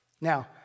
Now